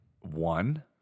one